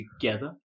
together